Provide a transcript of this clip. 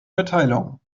mitteilungen